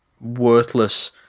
worthless